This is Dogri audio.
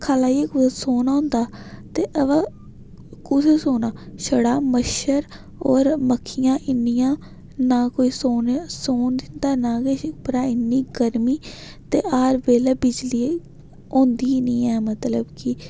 ख'ल्ल आइयै कुतै सौना होंदा ते अवा कु'त्थें सौना छड़ा मच्छर होर मक्खियां इन्नियां ना कोई सौने दा सौन दिंदा नां किश उप्परा इन्नी गर्मी ते हर बेल्लै बिजली होंदी गै नेईं ऐ मतलब कि